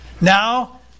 Now